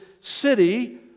City